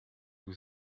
with